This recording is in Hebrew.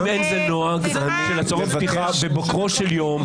אין נוהג של הצהרות פתיחה בבוקרו של יום,